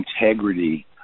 integrity